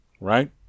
right